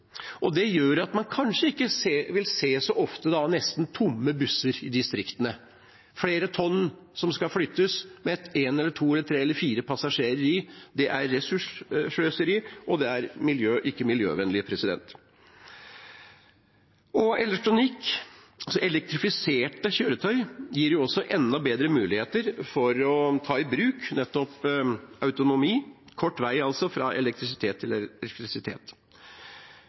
behov. Det gjør at man kanskje ikke vil se nesten tomme busser så ofte i distriktene. Flere tonn som skal flyttes med én, to, tre eller fire passasjerer inni, er ressurssløseri og ikke miljøvennlig. Elektrifiserte kjøretøy gir også enda bedre muligheter til å ta i bruk nettopp autonomi. Det er altså kort vei fra elektrisitet til elektrisitet.